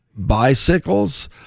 bicycles